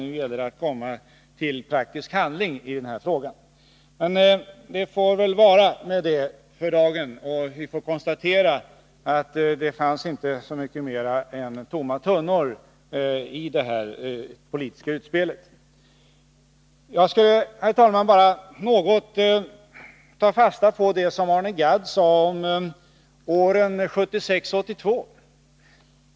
Nu gäller det att komma till praktisk handling i den här frågan. — Vi får väl lämna detta för dagen och beträffande det här politiska utspelet konstatera att tomma tunnor skramlar mest. Herr talman! Låt mig sedan ta fasta på det som Arne Gadd sade om åren 1976-1982.